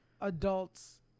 adults